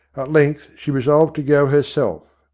length she resolved to go herself.